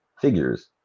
figures